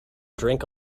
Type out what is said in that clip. drink